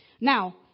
Now